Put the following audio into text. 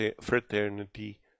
fraternity